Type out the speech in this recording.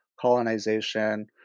colonization